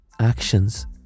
actions